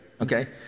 okay